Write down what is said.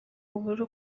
ubura